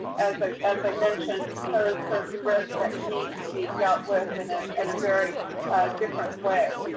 as i as i mentioned, pose certain risks that need to be dealt with in a and very different way.